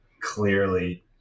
clearly